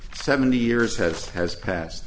seventy years has has passed